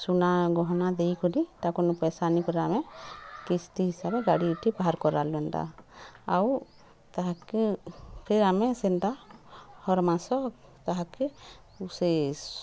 ସୁନା ଗହନା ଦେଇକରି ତାଙ୍କର୍ନୁ ପଇସା ଆନିକରି ଆମେ କିସ୍ତି ହିସାବେ ଗାଡ଼ିଟେ ବାହାର୍ କରାଲୁ ଏନ୍ତା ଆଉ ତାହାକେ ଫେର୍ ଆମେ ସେନ୍ତା ହର୍ ମାସ ତାହାକେ ସେଇ